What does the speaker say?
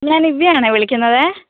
ഞാൻ നിവ്യാ ആണ് വിളിക്കുന്നത്